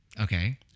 Okay